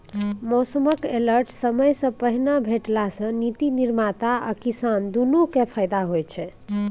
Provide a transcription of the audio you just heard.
मौसमक अलर्ट समयसँ पहिने भेटला सँ नीति निर्माता आ किसान दुनु केँ फाएदा होइ छै